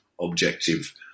objective